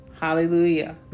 Hallelujah